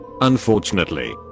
Unfortunately